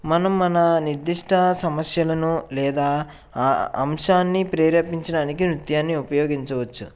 మనం మన నిర్దిష్ట సమస్యలను లేదా అం అంశాన్ని ప్రేరేపించడానికి నృత్యాన్ని ఉపయోగించవచ్చు